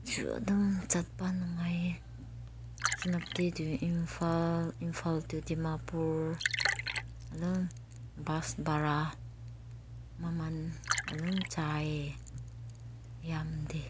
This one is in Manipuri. ꯁꯨ ꯑꯗꯨꯝ ꯆꯠꯄ ꯅꯨꯡꯉꯥꯏꯌꯦ ꯁꯦꯅꯥꯄꯇꯤ ꯇꯨ ꯏꯝꯐꯥꯜ ꯏꯝꯐꯥꯜ ꯇꯨ ꯗꯤꯃꯥꯄꯨꯔ ꯑꯗꯨꯝ ꯕꯁ ꯕꯔꯥ ꯃꯃꯟ ꯑꯗꯨꯝ ꯆꯥꯏꯌꯦ ꯌꯥꯝꯗꯦ